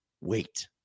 Wait